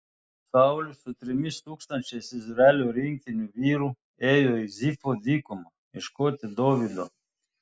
saulius su trimis tūkstančiais izraelio rinktinių vyrų ėjo į zifo dykumą ieškoti dovydo